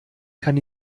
kann